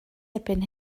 erbyn